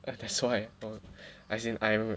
ya that's why as in I